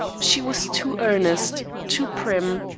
she was too earnest, too prim,